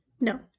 no